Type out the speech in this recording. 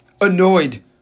annoyed